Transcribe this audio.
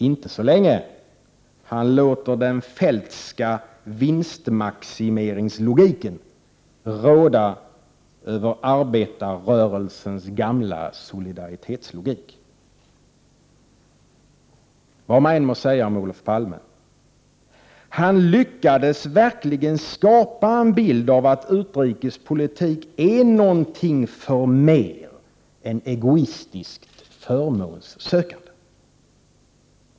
Inte så länge han låter den Feldtska vinstmaximeringslogiken råda över arbetarrörelsens gamla solidaritetslogik. Vad man än må säga om Olof Palme: Han lyckades verkligen skapa en bild av att utrikespolitik är något förmer än egoistiskt förmånssökande.